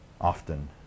often